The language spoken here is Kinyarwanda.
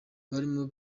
barimo